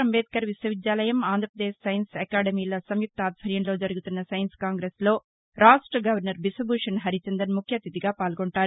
అంబేద్కర్ విశ్వవిద్యాలయం ఆంధ్రప్రదేశ్ సైన్స్ అకాడమీల సంయుక్త ఆధ్వర్యంలో జరుగుతున్న సైన్సు కాంగ్రెస్లో రాష్ట్రగవర్నర్ బిశ్వభూషణ్ హరిచందన్ ముఖ్య అతిధిగా పాల్గొంటారు